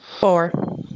Four